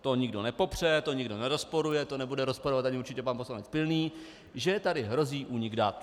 To nikdo nepopře, to nikdo nerozporuje, to nebude rozporovat určitě ani pan poslanec Pilný, že tady hrozí únik dat.